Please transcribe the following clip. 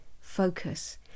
focus